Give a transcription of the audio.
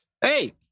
Hey